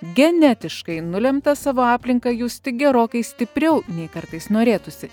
genetiškai nulemta savo aplinką justi gerokai stipriau nei kartais norėtųsi